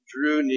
Drew